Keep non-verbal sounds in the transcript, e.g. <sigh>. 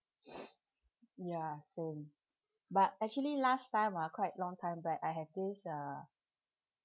<noise> ya same but actually last time ah quite long time back I have this uh